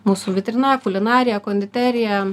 mūsų vitrina kulinarija konditerija